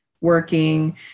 working